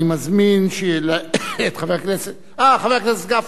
חבר הכנסת גפני,